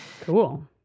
Cool